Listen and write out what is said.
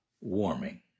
warming